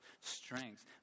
strengths